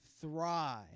thrive